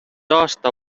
aasta